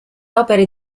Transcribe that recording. opere